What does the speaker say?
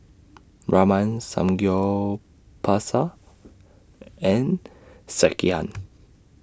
Ramen Samgyeopsal and Sekihan